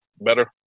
Better